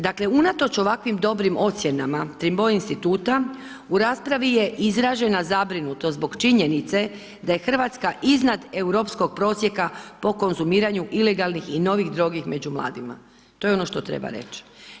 Dakle, unatoč ovakvim dobrim ocjenama Trimbo instituta u raspravi je izražena zabrinutost zbog činjenice da je Hrvatska iznad europskog prosjeka po konzumiranju ilegalnih i novih droga među mladima, to je ono što treba reći.